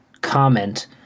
comment